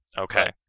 Okay